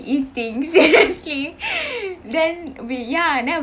eating seriously then we ya then